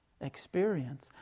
experience